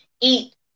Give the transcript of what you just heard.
eat